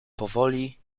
powoli